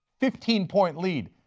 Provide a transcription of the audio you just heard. fifteen point lead,